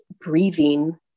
breathing